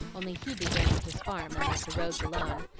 only he began with his farm and let the roads alone.